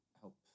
help